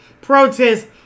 protest